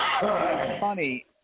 funny